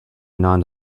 non